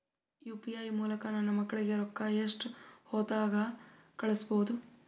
UPI ಮೂಲಕ ನನ್ನ ಮಕ್ಕಳಿಗ ರೊಕ್ಕ ಎಷ್ಟ ಹೊತ್ತದಾಗ ಕಳಸಬಹುದು?